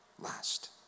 last